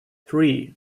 three